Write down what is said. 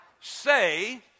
say